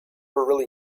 really